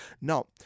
Now